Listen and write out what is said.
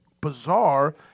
bizarre